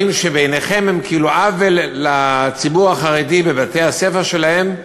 שבעיניכם הם כאילו עוול לציבור החרדי בבתי-הספר שלהם,